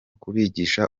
kubigisha